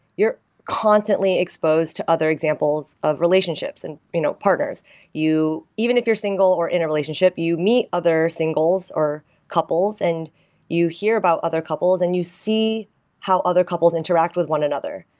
you're constantly exposed to other examples of relationships and you know partners even if you're single or in a relationship, you meet other singles or couples and you hear about other couples and you see how other couples interact with one another.